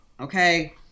Okay